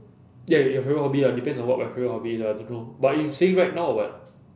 ya ya your favourite hobby lah depends on what my favourite hobby lah I don't know but you saying right now or what